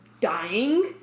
dying